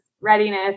readiness